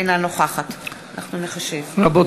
אינה נוכחת רבותי,